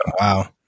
Wow